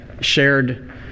shared